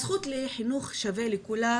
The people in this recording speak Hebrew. הזכות לחינוך שווה לכולם,